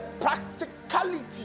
practicality